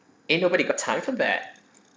eh nobody got time for that